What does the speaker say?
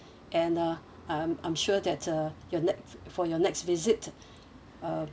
and uh I'm I'm sure that uh your next for your next visit uh